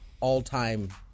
all-time